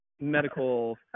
medical